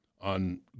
on